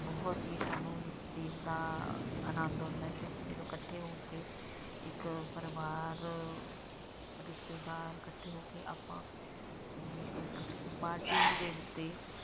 ਬਹੁਤ ਹੀ ਸਾਨੂੰ ਇਸ ਚੀਜ਼ ਦਾ ਆਨੰਦ ਆਉਂਦਾ ਕਿ ਆਪਾਂ ਜਦੋਂ ਇਕੱਠੇ ਹੋ ਕੇ ਇੱਕ ਪਰਿਵਾਰ ਰਿਸ਼ਤੇਦਾਰ ਇਕੱਠੇ ਹੋ ਕੇ ਆਪਾਂ ਇੱਕ ਪਾਰਟੀ ਦੇ ਉੱਤੇ